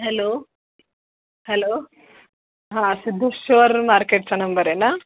hello hello हां सिद्धेश्वर मार्केटचा number आहे ना